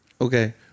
Okay